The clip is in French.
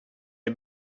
est